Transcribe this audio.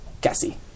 Cassie